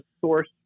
source